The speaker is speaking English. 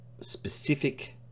specific